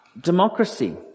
Democracy